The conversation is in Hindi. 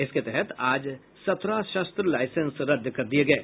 इसके तहत आज सत्रह शस्त्र लाईसेंस रद्द किये गये